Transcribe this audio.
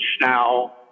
now